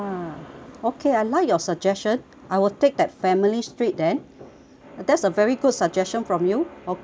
okay I like your suggestion I will take that family suite then that's a very good suggestion from you okay